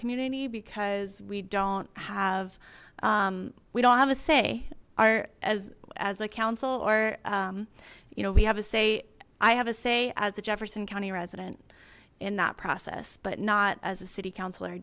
community because we don't have we don't have a say our as as the council or you know we have a say i have a say as a jefferson county resident in that process but not as a city councilor